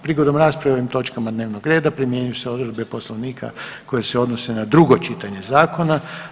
Prigodom rasprave o ovim točkama dnevnog reda primjenjuju se odredbe Poslovnika koje se odnose na drugo čitanje zakona.